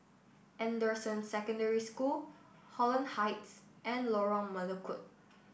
Anderson Secondary School Holland Heights and Lorong Melukut